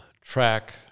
track